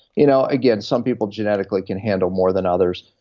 you know again, some people genetically can handle more than others.